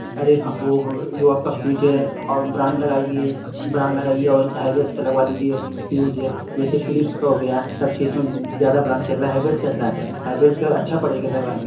अरे हाँ वह ह जो आपका फ्यूज़ है और हम ब्रांड लगाएँगे ब्रांड लगाइए और क्या हवेल्स का लगवा लीजिए फ्यूज़ है नहीं तो फिलिप्स का हो गया सबसे सुन ज़्यादा ब्रांड चल रहा है हेवेल्स चलता है हेवेल्स का अच्छा पड़ेगा लगवाएँगे आप